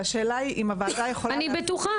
והשאלה היא האם הוועדה יכולה --- אני בטוחה.